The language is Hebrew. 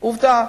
עובדה,